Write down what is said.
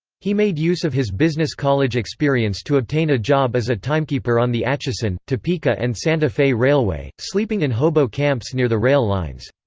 he made use of his business college experience to obtain a job as a timekeeper on the atchison, topeka and santa fe railway, sleeping in hobo camps near the rail lines.